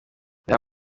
reba